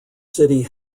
city